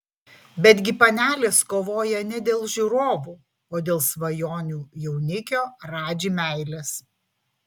betgi panelės kovoja ne dėl žiūrovų o dėl svajonių jaunikio radži meilės